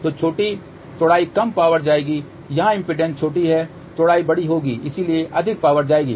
तो छोटी चौड़ाई कम पावर जाएगी यहाँ इम्पीडेन्स छोटी है चौड़ाई बड़ी होगी इसलिए अधिक पावर जाएगी